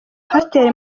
pasiteri